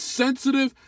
sensitive